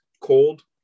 cold